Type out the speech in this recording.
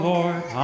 Lord